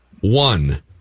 one